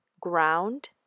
ground